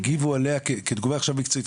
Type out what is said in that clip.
תגיבו עליה כתגובה מקצועית.